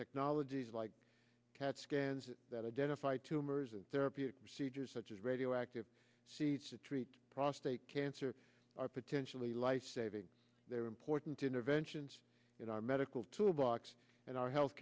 technologies like cat scans that identify tumors and therapeutic procedures such as radioactive seeds to treat prostate cancer are potentially life saving they are important interventions in our medical toolbox and our health